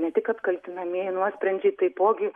ne tik apkaltinamieji nuosprendžiai taipogi